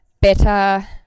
better